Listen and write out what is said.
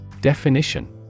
Definition